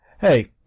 Hey